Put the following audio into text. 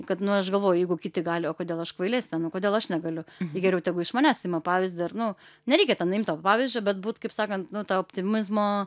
kad nu aš galvoju jeigu kiti gali o kodėl aš kvailesnė nu kodėl aš negaliu gi geriau tegu iš manęs ima pavyzdį ar nu nereikia ten imt to pavyzdžio bet būt kaip sakant nu ta optimizmo